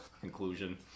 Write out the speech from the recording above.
conclusion